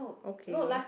okay